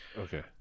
Okay